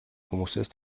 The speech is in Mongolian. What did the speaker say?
хүмүүсээс